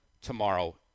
tomorrow